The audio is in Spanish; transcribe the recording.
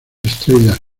estrellas